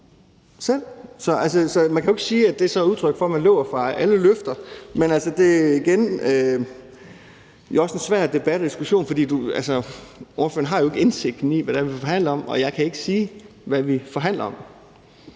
Så man kan jo ikke sige, at det så er udtryk for, at man løber fra alle løfter. Men jeg vil igen sige: Det er en svær debat og diskussion, fordi spørgeren jo ikke har indsigten i, hvad det er, vi forhandler om – og jeg kan ikke sige, hvad vi forhandler om.